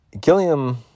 Gilliam